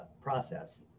process